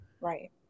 Right